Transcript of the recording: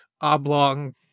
oblong